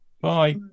Bye